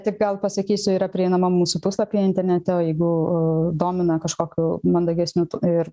taip gal pasakysiu yra prieinama mūsų puslapyje internete o jeigu domina kažkokių mandagesnių ir